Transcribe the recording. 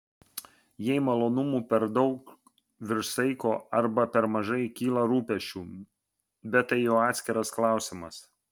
jei malonumų per daug virš saiko arba per mažai kyla rūpesčių bet tai jau atskiras klausimas